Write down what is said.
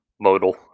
Modal